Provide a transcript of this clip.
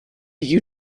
you